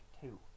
two